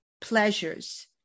pleasures